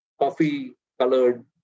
coffee-colored